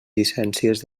llicències